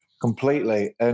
completely